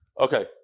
Okay